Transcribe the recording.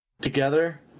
together